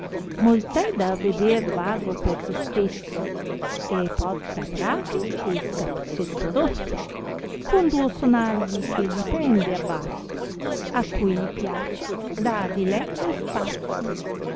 è da veder vago per se stesso e porta brache e scapuzzetto rosso con duo sonagli che gli pende a basso a cui gli piace dà diletto e spasso